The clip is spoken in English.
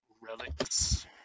relics